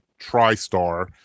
TriStar